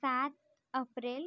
सात अप्रेल